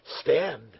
stand